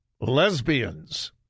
lesbians